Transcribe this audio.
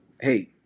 hey